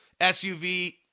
SUV